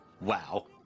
Wow